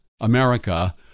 America